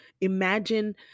Imagine